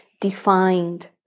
defined